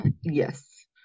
Yes